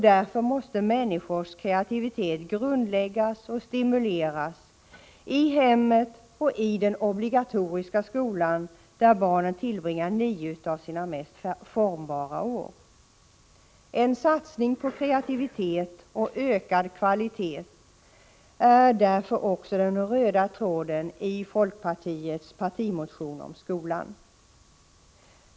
Därför måste människors kreativitet grundläggas och stimuleras i hemmet och i den obligatoriska skolan, där barnen tillbringar nio av sina mest formbara år. En satsning på kreativitet och ökad kvalitet är därför också den röda tråden i folkpartiets partimotion om skolan.